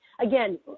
again